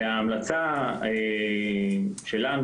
וההמלצה שלנו,